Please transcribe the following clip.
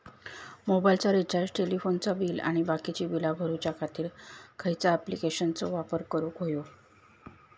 मोबाईलाचा रिचार्ज टेलिफोनाचा बिल आणि बाकीची बिला भरूच्या खातीर खयच्या ॲप्लिकेशनाचो वापर करूक होयो?